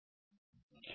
code dump आहे